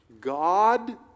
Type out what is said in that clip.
God